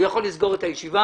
הוא יכול לסגור את הישיבה.